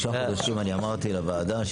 3 חודשים, אני אמרתי לוועדה.